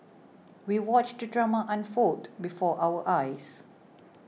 we watched the drama unfold before our eyes